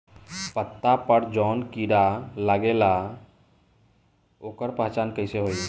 पत्ता पर जौन कीड़ा लागेला ओकर पहचान कैसे होई?